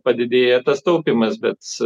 padidėja tas taupymas bet